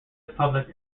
public